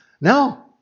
No